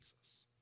Jesus